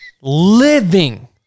living